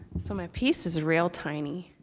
so my piece is real tiny.